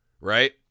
Right